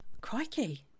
crikey